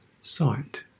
sight